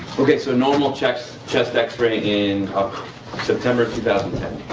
so normal chest chest x-ray in september two thousand